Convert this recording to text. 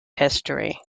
history